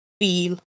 feel